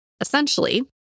Essentially